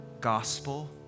gospel